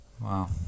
wow